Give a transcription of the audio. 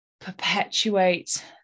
perpetuate